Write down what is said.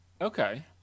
Okay